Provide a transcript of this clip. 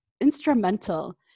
instrumental